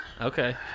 Okay